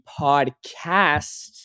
podcast